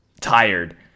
tired